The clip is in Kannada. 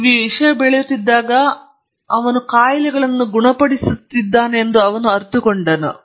ಈ ವಿಷಯ ಬೆಳೆಯುತ್ತಿದ್ದಾಗ ಅವನು ಕಾಯಿಲೆಗಳಿಗೆ ಗುಣಪಡಿಸಿದ್ದಾನೆಂದು ಅವನು ಅರಿತುಕೊಂಡನು